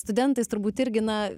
studentais turbūt irgi na